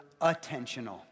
attentional